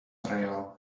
rail